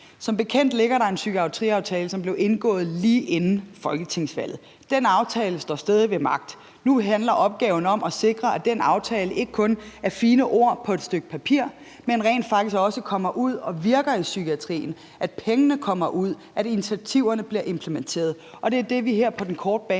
Som bekendt ligger der en psykiatriaftale, som blev indgået lige inden folketingsvalget. Den aftale står stadig ved magt. Nu handler opgaven om at sikre, at den aftale ikke kun er fine ord på et stykke papir, men rent faktisk også kommer ud og virker i psykiatrien – at pengene kommer ud, at initiativerne bliver implementeret. Og det er det, vi her på den korte bane